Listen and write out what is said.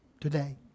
today